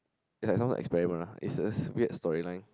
is like some experiment lah is is weird storyline